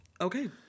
Okay